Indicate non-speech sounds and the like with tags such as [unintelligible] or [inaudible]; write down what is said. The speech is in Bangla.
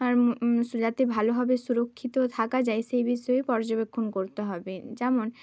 আর [unintelligible] যাতে ভালোভাবে সুরক্ষিত থাকা যায় সেই বিষয়ে পর্যবেক্ষণ করতে হবে যেমন